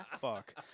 Fuck